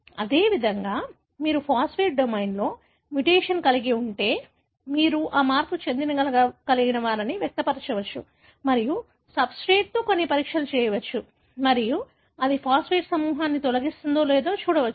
అదేవిధంగా మీరు ఫాస్ఫేటేస్ డొమైన్లో మ్యుటేషన్ కలిగి ఉంటే మీరు ఈ మార్పుచెందగలవారిని వ్యక్తపరచవచ్చు మరియు సబ్స్ట్రేట్తో కొన్ని పరీక్షలు చేయవచ్చు మరియు అది ఫాస్ఫేట్ సమూహాన్ని తొలగిస్తుందో లేదో చూడవచ్చు